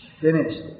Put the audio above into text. Finished